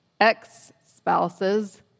ex-spouses